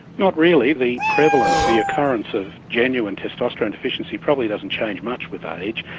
not really. the prevalence, the occurrence of genuine testosterone deficiency probably doesn't change much with age.